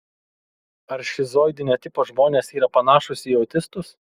ar šizoidinio tipo žmonės yra panašūs į autistus